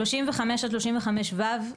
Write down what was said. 35 עד 35ו,